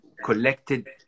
Collected